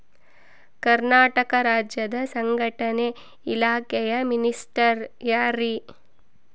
ಕರ್ನಾಟಕ ರಾಜ್ಯದ ಸಂಘಟನೆ ಇಲಾಖೆಯ ಮಿನಿಸ್ಟರ್ ಯಾರ್ರಿ?